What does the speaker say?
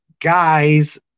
guys